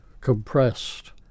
compressed